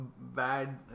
bad